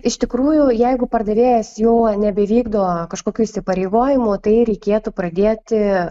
iš tikrųjų jeigu pardavėjas jau nebevykdo kažkokių įsipareigojimų tai reikėtų pradėti